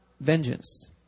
vengeance